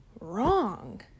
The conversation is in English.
wrong